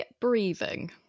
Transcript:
breathing